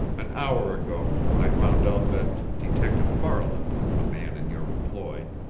an hour ago, i found out that detective farland, a man in your employ,